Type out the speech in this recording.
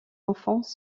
enfants